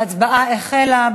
ההצבעה החלה.